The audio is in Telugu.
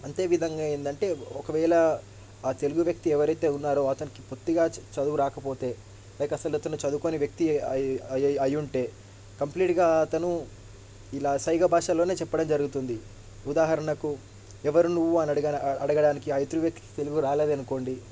అంతే విధంగా ఏందంటే ఒకవేళ ఆ తెలుగు వ్యక్తి ఎవరైతే ఉన్నారో అతనికి పూర్తిగా చదువు రాకపోతే లైక్ అసలు అతను చదువుకొని వ్యక్తి అయ్యు అయ్యుంటే కంప్లీట్గా అతను ఇలా సైగ భాషలోనే చెప్పడం జరుగుతుంది ఉదాహరణకు ఎవరు నువ్వు అనడిగా అడగడానికి ఆ ఎదురు వ్యక్తికి తెలుగు రాలేదనుకోండి